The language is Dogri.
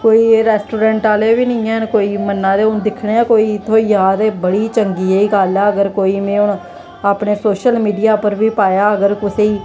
कोई रेस्ट्रोरेंट आह्ले बी नेईं हैन कोई मन्ना दे दिक्खने आं कोई थ्होई जा ते बड़ी चंगी जेही गल्ल ऐ अगर कोई में हून अपने सोशल मीडिया उप्पर बी पाया अगर कुसै गी